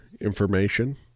information